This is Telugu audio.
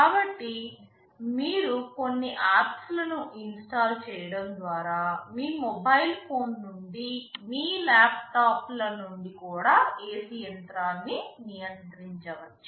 కాబట్టి మీరు కొన్ని ఆప్స్ లను ఇన్స్టాల్ చేయడం ద్వారా మీ మొబైల్ ఫోన్ నుండి మీ ల్యాప్టాప్ ల నుండి కూడా AC యంత్రాన్ని నియంత్రించవచ్చు